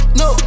no